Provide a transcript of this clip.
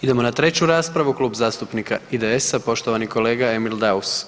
Idemo na 3. raspravu, Klub zastupnika IDS-a, poštovani kolega Emil Daus.